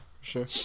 sure